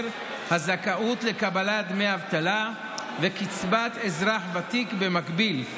הזכאות לקבלת דמי אבטלה וקצבת אזרח ותיק במקביל,